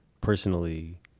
personally